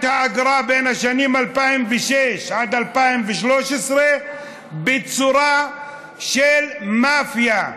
האגרה בשנים 2006 2013 בצורה של מאפיה,